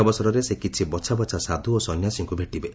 ଏହି ଅବସରରେ ସେ କିଛି ବଛାବଛା ସାଧୁ ଓ ସନ୍ଧ୍ୟାସିଙ୍କୁ ଭେଟିବେ